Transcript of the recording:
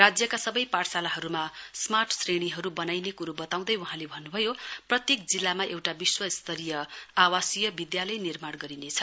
राज्यका सबै पाठशालाहरूमा स्मार्ट श्रेणीहरू बनाइने कुरो बताउँदै वहाँले भन्न भयो प्रत्येक जिल्लामा एउटा विश्वस्तरीय आवासीय विद्यालय निर्माण गरिनेछ